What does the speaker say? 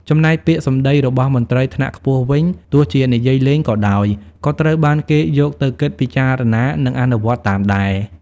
ចំណែកពាក្យសម្ដីរបស់មន្ត្រីថ្នាក់ខ្ពស់វិញ ទោះជានិយាយលេងក៏ដោយ ក៏ត្រូវបានគេយកទៅគិតពិចារណា និងអនុវត្តតាមដែរ។